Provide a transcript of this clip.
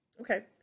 Okay